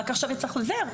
רק עכשיו יצא חוזר.